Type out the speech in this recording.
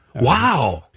Wow